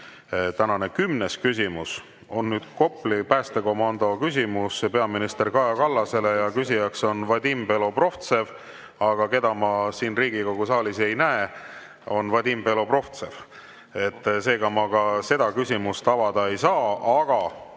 ava. Tänane kümnes küsimus on Kopli päästekomando küsimus peaminister Kaja Kallasele ja küsija on Vadim Belobrovtsev. Aga keda ma siin Riigikogu saalis ei näe, on Vadim Belobrovtsev. Seega ma ka seda küsimust avada ei saa.